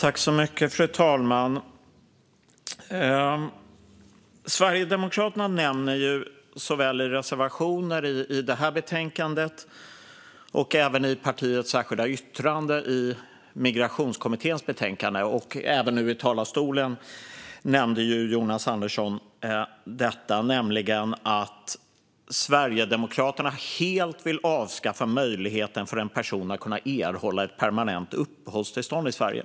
Fru talman! Sverigedemokraterna nämner i sina reservationer i betänkandet och i partiets särskilda yttrande i Migrationskommitténs betänkande att Sverigedemokraterna helt vill avskaffa möjligheten för en person att erhålla permanent uppehållstillstånd i Sverige.